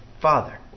Father